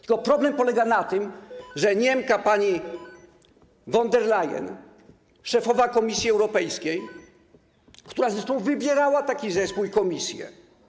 Tylko problem polega na tym, że Niemka, pani von der Leyen, szefowa Komisji Europejskiej, która zresztą wybierała taki zespół i komisję.